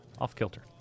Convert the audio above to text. off-kilter